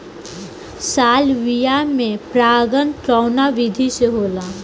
Salvia में परागण कउना विधि से होला?